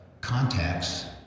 contacts